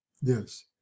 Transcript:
Yes